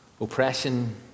Oppression